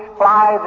fly